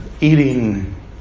eating